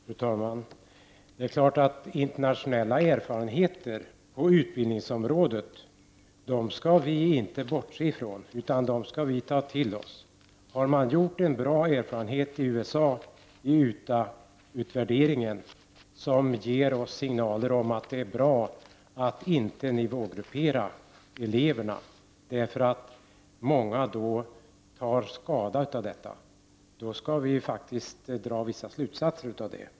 Fru talman! Det är klart att vi inte skall bortse från internationella erfarenheter på utbildningsområdet, utan dessa skall vi ta till oss. Har man gjort en bra erfarenhet i USA av Utah-utvärderingen, som ger oss signaler om att det inte är bra att nivågruppera elever därför att många tar skada av det, skall vi faktiskt dra vissa slutsatser av detta.